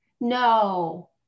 no